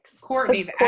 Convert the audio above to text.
Courtney